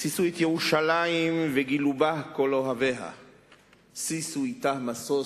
"שמחו את ירושלם וגילו בה כל אוהביה שישו אתה משוש